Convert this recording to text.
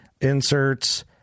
inserts